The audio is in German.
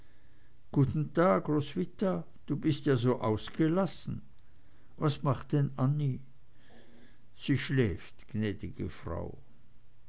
guten tag roswitha du bist ja so ausgelassen was macht denn annie sie schläft gnäd'ge frau